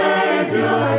Savior